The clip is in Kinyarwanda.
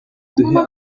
duhe